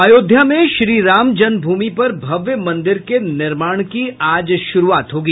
अयोध्या में श्री रामजन्म भूमि पर भव्य मंदिर के निर्माण की आज शुरुआत होगी